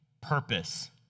purpose